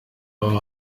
aba